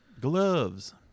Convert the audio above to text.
Gloves